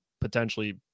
potentially